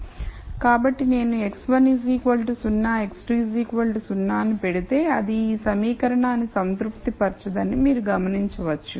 కాబట్టి నేను x1 0 x2 0 ను పెడితే అది ఈ సమీకరణాన్ని సంతృప్తిపరచదని మీరు గమనించవచ్చు